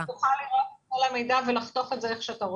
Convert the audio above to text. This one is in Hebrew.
תוכל לראות את כל המידע ולחתוך את זה איך שתרצה.